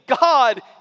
God